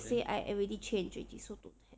he say I already change already so don't have